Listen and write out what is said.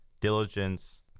diligence